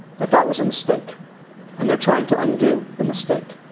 that that was a mistake and they're trying to undo the mistake.